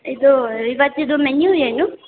ಇದು ಇವತ್ತಿದು ಮೆನ್ಯು ಏನು